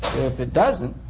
if it doesn't,